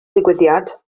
digwyddiad